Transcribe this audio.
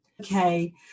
Okay